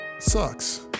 Sucks